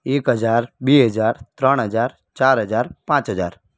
એક હજાર બે હજાર ત્રણ હજાર ચાર હજાર પાંચ હજાર